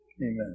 amen